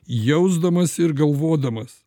jausdamas ir galvodamas